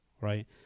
right